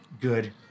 good